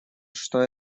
что